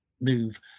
move